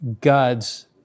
God's